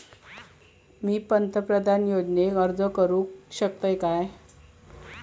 मी पंतप्रधान योजनेक अर्ज करू शकतय काय?